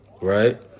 right